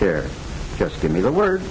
care just give me the word